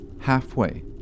halfway